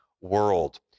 world